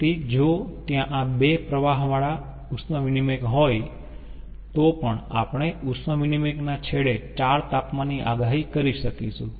તેથી જો ત્યાં આ બે પ્રવાહવાળા ઉષ્મા વિનીમયક હોય તો પણ આપણે ઉષ્મા વિનીમયક ના છેડે ચાર તાપમાનની આગાહી કરી શકીશું